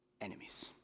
enemies